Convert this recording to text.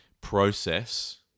process